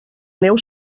neu